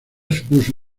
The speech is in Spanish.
supuso